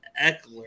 Eckler